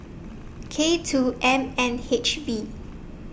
K two M N H V